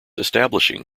establishing